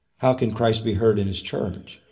how can christ be heard in his church?